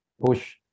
push